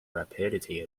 rapidity